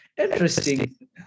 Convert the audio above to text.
interesting